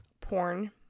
porn